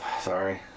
sorry